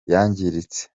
yangiritse